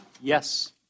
Yes